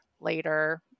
later